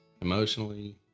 Emotionally